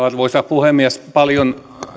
arvoisa puhemies paljon